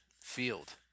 field